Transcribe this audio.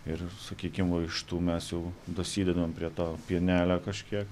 ir sakykim va iš tų mes jau dasidedam prie to pienelio kažkiek